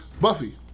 Buffy